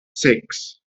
six